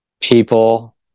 People